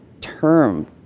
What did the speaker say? term